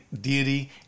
deity